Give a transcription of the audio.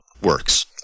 Works